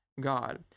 God